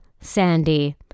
Sandy